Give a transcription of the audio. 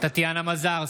טטיאנה מזרסקי,